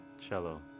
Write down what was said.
cello